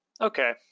Okay